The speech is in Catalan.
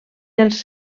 dels